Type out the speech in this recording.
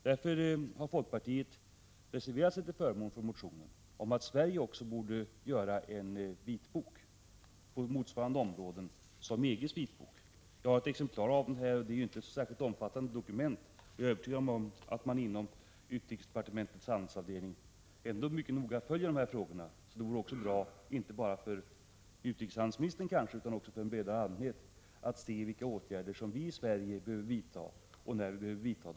Därför har folkpartiet reserverat sig till förmån för motionen och föreslagit att även Sverige bör färdigställa en vitbok på de områden som behandlas i EG:s vitbok. Jag har ett exemplar av denna vitbok här och det är, sidmässigt, inte något särskilt omfattande dokument. Jag är övertygad om att man inom utrikesdepartementets handelsavdelning mycket noga följer alla frågorna. Men det vore bra om inte bara utrikeshandelsministern utan också en bredare allmänhet fick veta vilka åtgärder Sverige behöver vidta, och när dessa behöver vidtas.